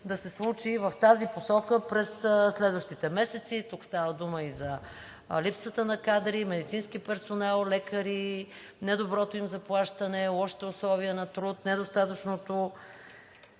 да се случи в тази посока през следващите месеци? Тук става дума и за липсата на кадри, медицински персонал, лекари, недоброто им заплащане, лошите условия на труд, недостатъчните